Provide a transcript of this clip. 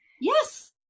Yes